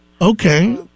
Okay